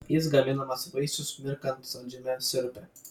jis gaminamas vaisius mirkant saldžiame sirupe